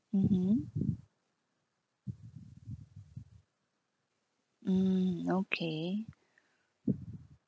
mmhmm mm okay